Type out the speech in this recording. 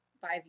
five